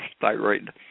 thyroid